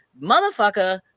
motherfucker